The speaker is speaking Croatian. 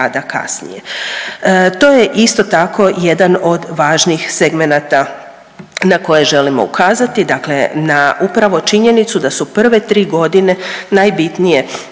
To je isto tako jedan od važnih segmenata na koje želimo ukazati, dakle na upravo činjenicu da su prve tri godine najbitnije